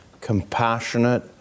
compassionate